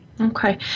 Okay